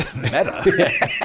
Meta